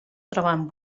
troben